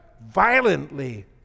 violently